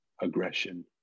aggression